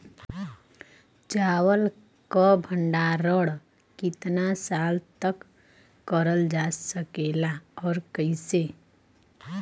चावल क भण्डारण कितना साल तक करल जा सकेला और कइसे?